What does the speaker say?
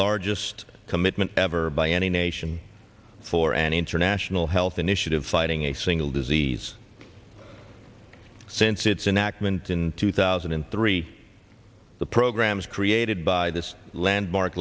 largest commitment ever by any nation for an international health initiative fighting a single disease since its an accident in two thousand and three the programs created by this landmark